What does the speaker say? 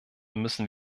müssen